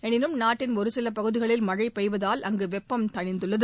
எனினும் நாட்டின் ஒரு சில பகுதிகளில் மழை பெய்வதால் அங்கு வெட்டம் தணிந்துள்ளது